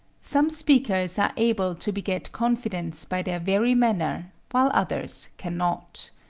some speakers are able to beget confidence by their very manner, while others can not.